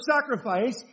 sacrifice